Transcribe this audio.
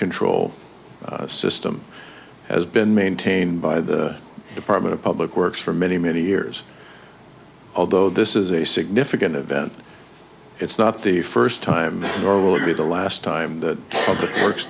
control system has been maintained by the department of public works for many many years although this is a significant event it's not the first time nor will it be the last time that